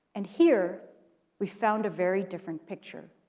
and here we found a very different picture.